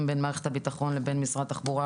בין מערכת הביטחון לבין משרד התחבורה